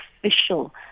official